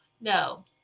no